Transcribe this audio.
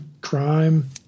crime